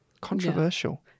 Controversial